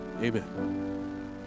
Amen